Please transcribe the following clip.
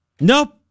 Nope